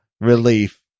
relief